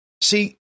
See